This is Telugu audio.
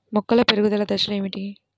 మొక్కల పెరుగుదల దశలు ఏమిటి?